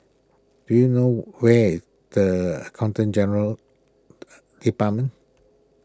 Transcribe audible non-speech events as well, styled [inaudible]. do you know where the Accountant General's [noise] Department